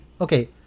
okay